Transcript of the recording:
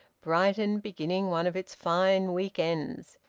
brighton beginning one of its fine week-ends,